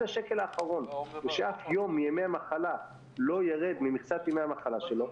השקל האחרון ושאף יום מימי המחלה לא ירד ממכסת ימי המחלה שלו,